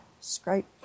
scrape